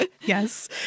Yes